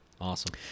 Awesome